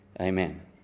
amen